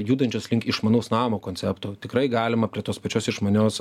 judančios link išmanaus namo koncepto tikrai galima prie tos pačios išmanios